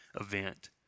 event